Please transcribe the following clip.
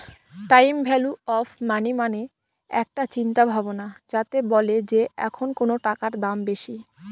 time value of money মানে একটা চিন্তা ভাবনা যাতে বলে যে এখন কোনো টাকার দাম বেশি